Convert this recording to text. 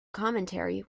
commentary